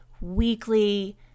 weekly